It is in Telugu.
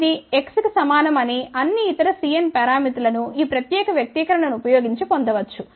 ఇది x కి సమానం మరియు అన్ని ఇతర Cn పారామితులను ఈ ప్రత్యేక వ్యక్తీకరణ ను ఉపయోగించి పొందవచ్చు